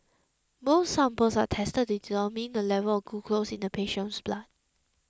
both samples are tested to determine the level of glucose in the patient's blood